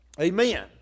Amen